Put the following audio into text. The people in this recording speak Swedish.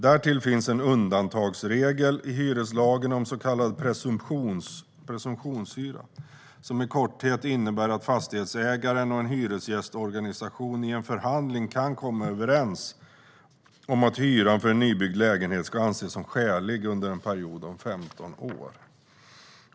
Därtill finns en undantagsregel i hyreslagen om så kallad presumtionshyra, som i korthet innebär att fastighetsägaren och en hyresgästorganisation i en förhandling kan komma överens om att hyran för en nybyggd lägenhet ska anses som skälig under en period om 15 år.